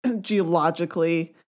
geologically